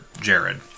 Jared